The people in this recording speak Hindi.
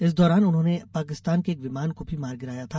इस दौरान उन्होंने पाकिस्तान के एक विमान को भी मार गिराया था